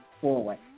forward